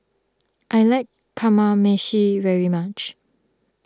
I like Kamameshi very much